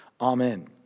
amen